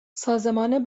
سازمان